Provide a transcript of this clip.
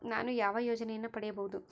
ನಾನು ಯಾವ ಯೋಜನೆಯನ್ನು ಪಡೆಯಬಹುದು?